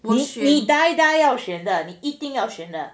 你 die die 要选的你一定要选的